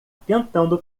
tentando